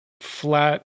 flat